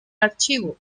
archivo